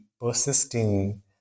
persisting